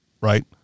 right